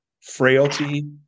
frailty